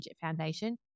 Foundation